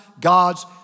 God's